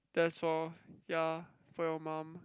that's for ya for your mum